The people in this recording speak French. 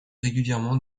régulièrement